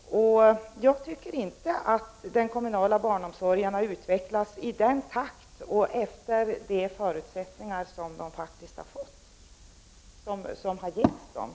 Den kommunala barnomsorgen har inte utvecklats i den takt och efter de förutsättningar som verksamheten faktiskt har getts.